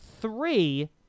three